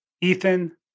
Ethan